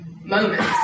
moments